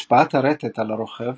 השפעות הרטט על הרוכב